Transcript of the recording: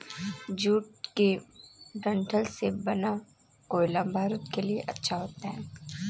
jute के डंठल से बना कोयला बारूद के लिए अच्छा होता है